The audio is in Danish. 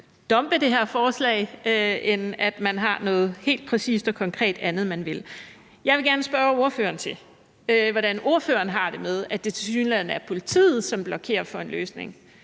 dumpe det her forslag end om, at man har noget helt præcist og konkret andet, man vil. Jeg vil gerne spørge ordføreren, hvordan ordføreren har det med, at det tilsyneladende er politiet, som blokerer for en løsning.